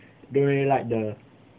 don't really like the